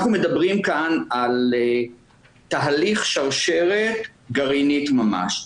אנחנו מדברים כאן על תהליך שרשרת גרעינית ממש,